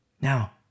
Now